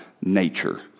nature